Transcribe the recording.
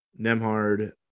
Nemhard